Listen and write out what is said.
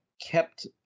kept